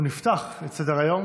נפתח את סדר-היום